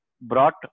brought